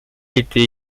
était